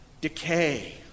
decay